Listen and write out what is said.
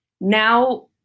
now